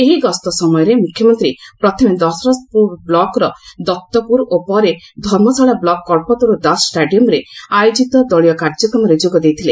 ଏହି ଗସ୍ତ ସମୟରେ ମୁଖ୍ୟମନ୍ତୀ ପ୍ରଥମେ ଦଶରଥପୁର ବ୍ଳକର ଦତପୁର ଓ ପରେ ଧର୍ମଶାଳା ବ୍ଳକ କ୍ବତରୁ ଦାସ ଷ୍ଟାଡିୟମରେ ଆୟୋକିତ ଦଳିୟ କାର୍ଯ୍ୟକ୍ରମରେ ଯୋଗ ଦେଇଥିଲେ